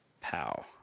Pow